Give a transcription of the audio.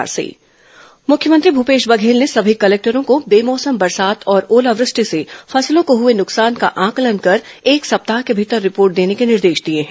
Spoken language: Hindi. मुख्यमंत्री फसल क्षति मुख्यमंत्री भूपेश बघेल ने सभी कलेक्टरों को बेमौसम बरसात और ओलावृष्टि से फसलों को हुए नुकसान का आंकलन कर एक सप्ताह के भीतर रिपोर्ट देने के निर्देश दिए हैं